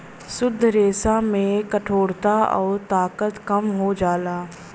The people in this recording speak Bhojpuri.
शुद्ध रेसा में कठोरता आउर ताकत कम हो जाला